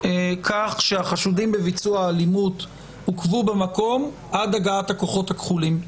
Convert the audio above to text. כך שהחשודים בביצוע האלימות עוכבו במקום עד הגעת הכוחות הכחולים?